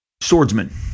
swordsman